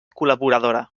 col·laboradora